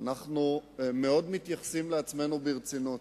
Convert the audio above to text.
אנחנו מתייחסים לעצמנו מאוד ברצינות.